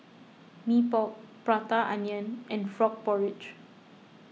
Mee Pok Prata Onion and Frog Porridge